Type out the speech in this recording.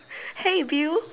hey bill